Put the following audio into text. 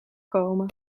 komen